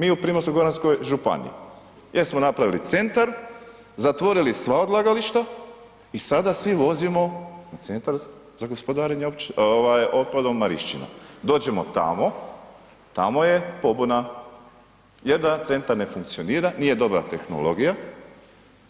Mi u Primorsko-goranskoj županiji jesmo napravili centar, zatvorili sva odlagališta i sada svi vozimo u Centar za gospodarenje otpadom Marišćina, dođemo tamo, tamo je pobuna jer da centar ne funkcionira, nije dobra tehnologija